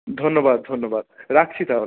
ধন্যবাদ ধন্যবাদ রাখছি তাহলে